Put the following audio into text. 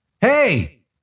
hey